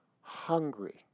hungry